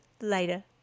later